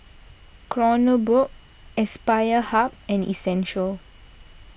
Kronenbourg Aspire Hub and Essential